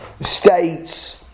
states